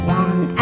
one